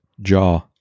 jaw